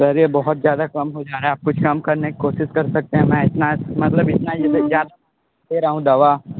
sir ये बहुत ज़्यादा कम हो जा रहा है आप कुछ कम करने की कोशिश कर सकते हैं मैं इतना मतलब इतना ज़्यादा दे रहा हूँ दवा